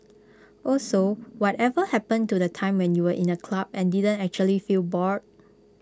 also whatever happened to the time when you were in A club and didn't actually feel bored